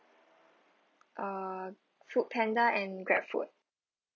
ah FoodPanda and Grab food